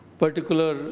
particular